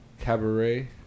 cabaret